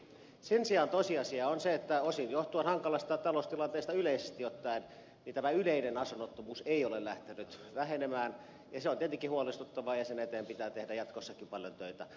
sen sijaan tosiasia on se että osin johtuen hankalasta taloustilanteesta yleisesti ottaen tämä yleinen asunnottomuus ei ole lähtenyt vähenemään ja se on tietenkin huolestuttavaa ja sen eteen pitää tehdä jatkossakin paljon töitä